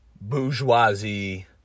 bourgeoisie